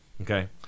okay